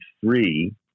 Three